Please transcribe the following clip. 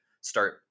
start